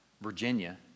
Virginia